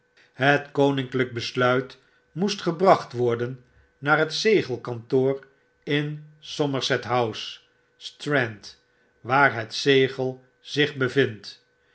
het koninklyk besluit moest gebracht worden naar het zegelkantoor in somerset house strand waar het zegel zich bevindt